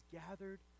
gathered